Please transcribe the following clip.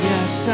Yes